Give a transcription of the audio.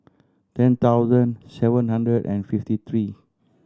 ten thousand seven hundred and fifty three